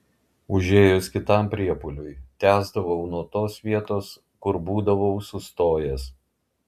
užėjus kitam priepuoliui tęsdavau nuo tos vietos kur būdavau sustojęs